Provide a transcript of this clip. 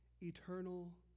eternal